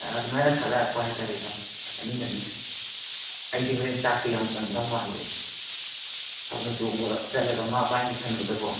ꯑꯗꯨꯃꯥꯏꯅ ꯈꯜꯂꯛꯄ ꯍꯥꯏꯕ ꯇꯥꯔꯦ ꯚꯥꯏ ꯑꯗꯨꯅꯅꯤ ꯑꯩꯗꯤ ꯍꯣꯔꯦꯟ ꯆꯥꯛꯁꯦ ꯌꯥꯝ ꯆꯟꯗꯧ ꯃꯥꯜꯂꯦꯕ ꯊꯥꯕꯜ ꯆꯣꯡꯕ ꯆꯠꯂꯒ ꯃꯥ ꯄꯥꯏꯅꯤ ꯈꯟꯕꯗꯀꯣ